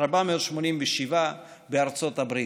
487 בארצות הברית.